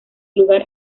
lugar